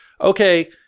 okay